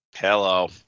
Hello